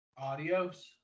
Adios